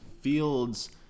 fields